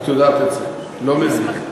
את יודעת את זה, לא מהיום.